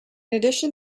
addition